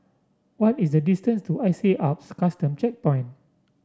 what is the distance to I C Alps Custom Checkpoint